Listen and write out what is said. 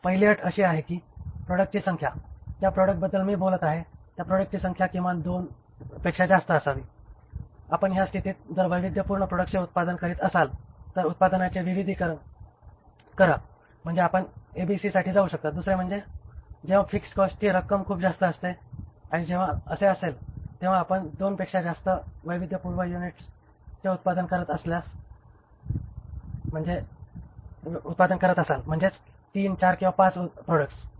पहिली अट अशी आहे की प्रॉडक्टची संख्या ज्या प्रॉडक्ट बद्दल मी बोलत आहे त्या प्रॉडक्टची संख्या किमान २ पेक्षा जास्त असावी आपण ह्या स्थितीत जर वैविध्यपूर्ण प्रॉडक्ट्सचे उत्पादन करीत असाल तर उत्पादनांचे विविधीकरण करा म्हणजे आपण एबीसीसाठी जाऊ शकता दुसरे म्हणजे जेव्हा फिक्स्ड कॉस्टची रक्कम खूप जास्त असते आणि जेव्हा असे असेल आणि आपण 2 पेक्षा जास्त वैविध्यपूर्ण प्रॉडक्ट्सचे उत्पादन करत असाल म्हणजेच 3 4 5 प्रॉडक्ट्स